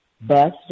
Bus